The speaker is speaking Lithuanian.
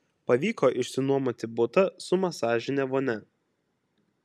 pavyko išsinuomoti butą su masažine vonia